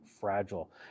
fragile